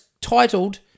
titled